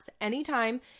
Anytime